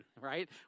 right